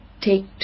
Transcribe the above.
take